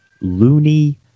loony